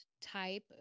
type